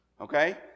Okay